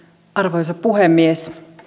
arvoisa puhemies